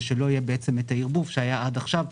ושלא יהיה הערבוב שהיה עד עכשיו,